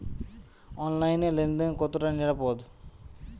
অনলাইনে লেন দেন কতটা নিরাপদ?